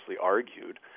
argued